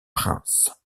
princes